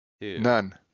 None